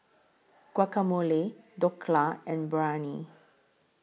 Guacamole Dhokla and Biryani